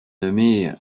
nommée